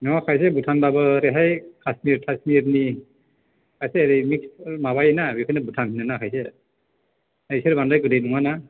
नङा खायसे भुटानबाबो ओरैहाय काशमिर थासमिरनि खायसे ओरै मिक्स माबायो ना बेखौनो भुटान होनो ना खायसे बिसोर बांद्राय गोदै नङा ना